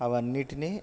అవి అన్నీటిని